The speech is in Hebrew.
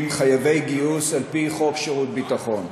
חייבי גיוס על-פי חוק שירות ביטחון.